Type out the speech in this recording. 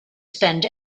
spend